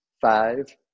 five